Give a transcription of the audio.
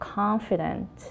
confident